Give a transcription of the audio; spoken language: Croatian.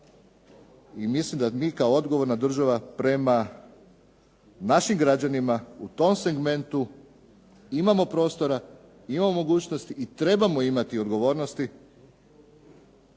i mislim da mi kao odgovorna država prema našim građanima u tom segmentu imamo prostora, imamo mogućnosti i trebamo imati odgovornosti